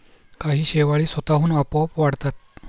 काही शेवाळी स्वतःहून आपोआप वाढतात